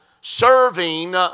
serving